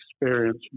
experience